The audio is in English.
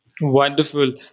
Wonderful